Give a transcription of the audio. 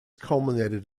culminated